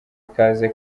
ikaze